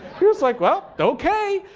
you're just like, well, ok.